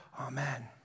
Amen